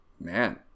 Man